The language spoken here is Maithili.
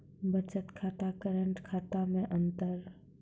बचत खाता करेंट खाता मे अंतर?